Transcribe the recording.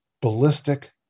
ballistic